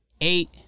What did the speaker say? eight